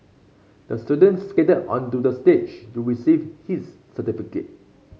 the student skated onto the stage to receive his certificate